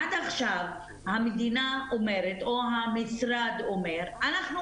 עד עכשיו המדינה אומרת או המשרד אומר 'אנחנו